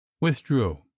withdrew